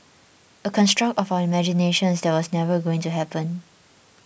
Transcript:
a construct of our imaginations that was never going to happen